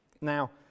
Now